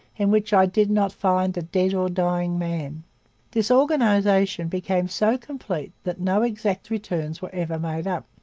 in which i did not find a dead or dying man disorganization became so complete that no exact returns were ever made up.